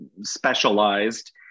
specialized